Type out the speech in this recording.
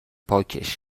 پاکش